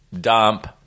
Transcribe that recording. dump